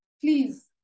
Please